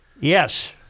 Yes